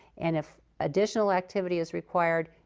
and if additional activity is required,